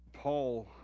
Paul